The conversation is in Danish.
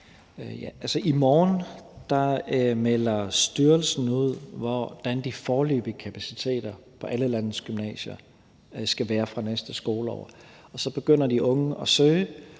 I morgen melder styrelsen ud, hvad de foreløbige kapaciteter på alle landets gymnasier skal være fra næste skoleår, og så begynder de unge at søge,